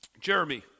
Jeremy